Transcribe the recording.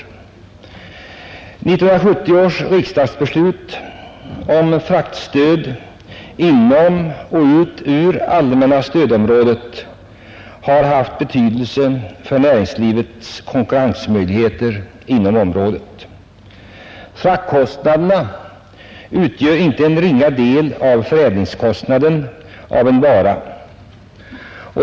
1970 års riksdagsbeslut om fraktstöd inom och ut ur allmänna stödområdet har haft betydelse för konkurrensmöjligheterna för näringslivet inom området. Fraktkostnaderna utgör en inte ringa del av förädlingskostnaden för en vara.